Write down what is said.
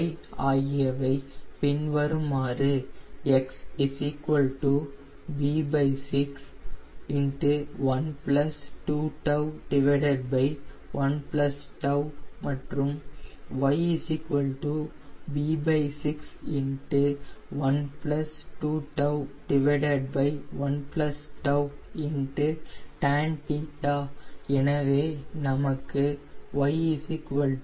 y ஆகியவை பின்வருமாறு x b6 1 2τ 1 τ மற்றும் y b6 1 2τ 1 τ tan θ எனவே நமக்கு y 2